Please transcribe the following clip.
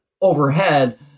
overhead